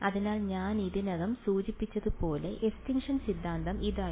അതിനാൽ ഞാൻ ഇതിനകം സൂചിപ്പിച്ചതുപോലെ എസ്റ്റിൻഷൻ സിദ്ധാന്തം ഇതായിരുന്നു